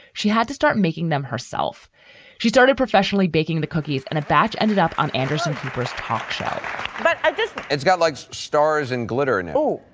she had to start making them herself she started professionally baking the cookies, and a batch ended up on anderson cooper's talk show but at this, it's got like stars and glitter and oh,